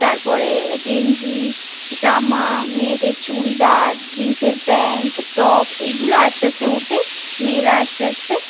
তারপরে গেঞ্জি জামা মেয়েদের চুড়িদার জিন্সের প্যান্ট টপ এগুলো আস্তে আস্তে উঠে মেয়েরা আস্তে আস্তে